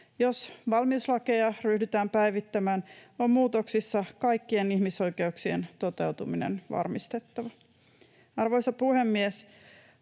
Jos valmiuslakeja ryhdytään päivittämään, on muutoksissa varmistettava kaikkien ihmisoikeuksien toteutuminen. Arvoisa puhemies!